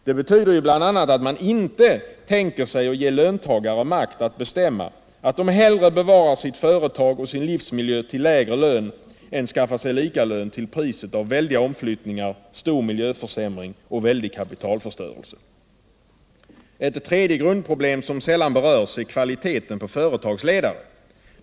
Det betyder bl.a. att man inte ger löntagare makt att bestämma att de hellre bevarar sitt företag och sin livsmiljö till lägre lön än skaffar sig likalön till priset av väldiga omflyttningar, stor miljöförsämring och betydande kapitalförstörelse. Ett tredje problem, som sällan berörs, är kvaliteten på företagsledare.